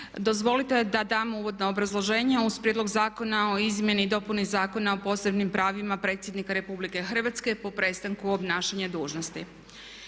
Dozvolite da damo uvodna obrazloženja uz prijedlog zakona o izmjeni i dopuni Zakona o posebnim pravima predsjednika Republike Hrvatske po prestanku obnašanja dužnosti.